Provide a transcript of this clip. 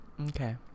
Okay